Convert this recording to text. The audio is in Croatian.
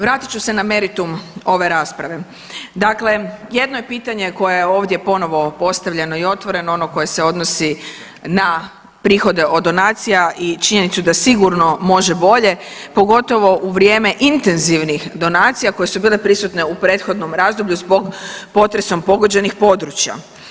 Vratit ću se na meritum ove rasprave, dakle jedno je pitanje koje je ovdje ponovno postavljeno i otvoreno, ono koje se odnosi na prihode od donacija i činjenicu da sigurno može bolje, pogotovo u vrijeme intenzivnih donacija koje su bile prisutne u prethodnom razdoblju zbog potresom pogođenih područja.